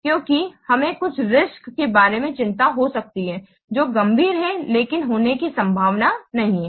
क्योंकि हमें कुछ रिस्क्स के बारे में चिंता हो सकती है जो गंभीर हैं लेकिन होने की संभावना नहीं है